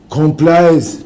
complies